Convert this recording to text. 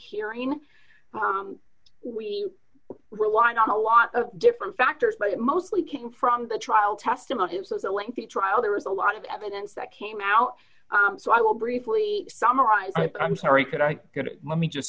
hearing we relied on a lot of different factors but it mostly came from the trial testimony this was a lengthy trial there was a lot of evidence that came out so i will briefly summarize i'm sorry could i going to let me just